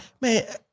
Man